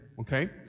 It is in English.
okay